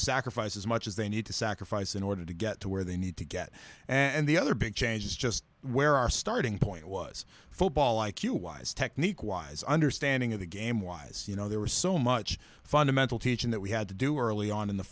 sacrifice as much as they need to sacrifice in order to get to where they need to get and the other big change is just where our starting point was football i q wise technique wise understanding of the game wise you know there was so much fundamental teaching that we had to do early on in the